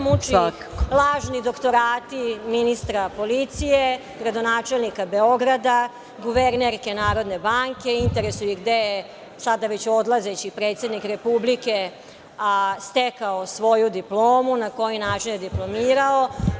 Muče ih lažni doktorati ministra policije, gradonačelnika Beograda, guvernerke NBS, interesuje ih gde je sada već odlazeći predsednik Republike stekao svoju diplomu, na koji način je diplomirao.